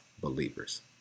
believers